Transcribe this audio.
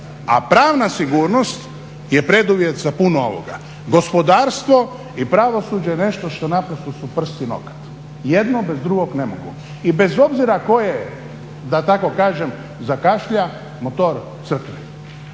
A pravna sigurnost je preduvjet za puno ovoga. Gospodarstvo i pravosuđe je nešto što naprosto su prst i nokat, jedno bez drugog ne mogu. I bez obzira koje da tako zakašlja motor crkne.